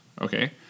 okay